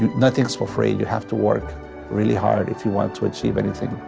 nothing's for free. you have to work really hard if you want to achieve anything.